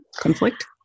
conflict